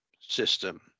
system